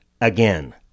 Again